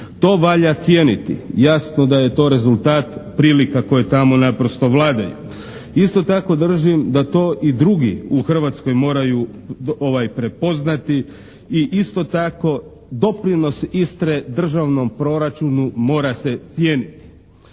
To valja cijeniti, jasno da je to rezultat prilika koje tamo naprosto vladaju. Isto tako držim da to i drugi u Hrvatskoj moraju prepoznati i isto tako doprinos Istre državnom proračunu mora se cijeniti.